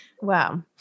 Wow